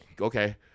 okay